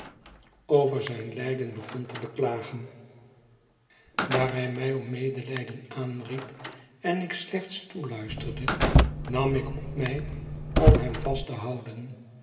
over zijn m het verlaten huis lijden begon te beklagen daar hij mij om medelijden aanriep en ik slechts toéluisterde nam ik op mij om hem vast te houden